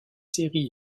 séries